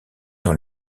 dans